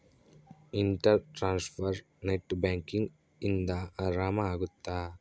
inter transfer net banking ಇಂದ ಆರಾಮ ಅಗುತ್ತ